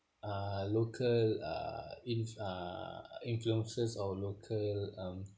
uh local uh inf~ uh influences or local um